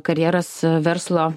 karjeras verslo